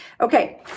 Okay